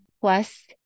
plus